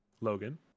logan